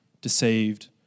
deceived